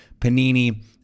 panini